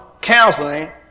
counseling